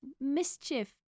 mischief